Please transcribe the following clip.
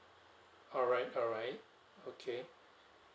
alright alright okay